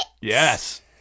Yes